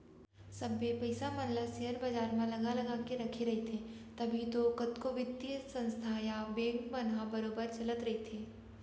सबे पइसा मन ल सेयर बजार म लगा लगा के रखे रहिथे तभे तो कतको बित्तीय संस्था या बेंक मन ह बरोबर चलत रइथे